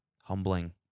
Humbling